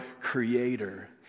creator